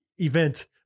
event